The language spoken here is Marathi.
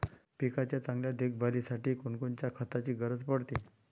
पिकाच्या चांगल्या देखभालीसाठी कोनकोनच्या खताची गरज पडते?